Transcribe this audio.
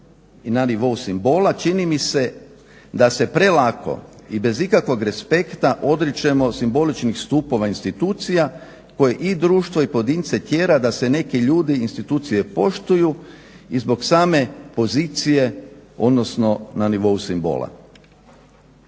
I na nivou simbola čini mi se da se prelako i bez ikakvog respekta odričemo simboličnih stupova institucija koje i društvo i pojedince tjera da se neki ljudi i institucije poštuju i zbog same pozicije odnosno na nivo simbola.